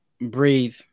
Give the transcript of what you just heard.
breathe